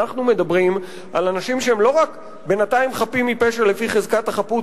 אנחנו מדברים על אנשים שהם לא רק בינתיים חפים מפשע לפי חזקת החפות,